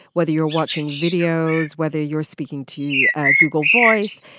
whether you're watching videos, whether you're speaking to ah google voice,